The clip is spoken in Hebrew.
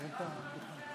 בני,